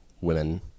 women